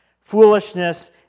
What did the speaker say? Foolishness